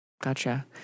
gotcha